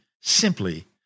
simply